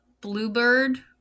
bluebird